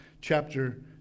chapter